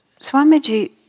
Swamiji